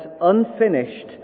unfinished